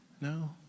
No